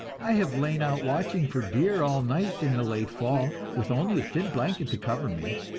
i have lain out watching for deer all night in the late fall, with only a thin blanket to cover me,